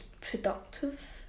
productive